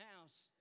house